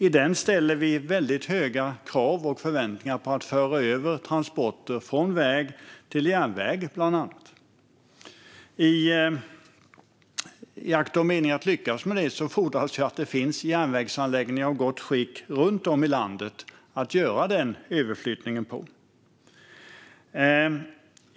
I den ställer vi väldigt höga krav och förväntningar på att transporter förs över från väg till järnväg, bland annat. För att lyckas med det fordras att det finns järnvägsanläggningar i gott skick runt om i landet att göra överflyttningen till.